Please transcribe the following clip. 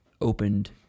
opened